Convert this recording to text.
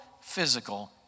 physical